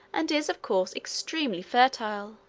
and is, of course, extremely fertile.